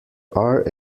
are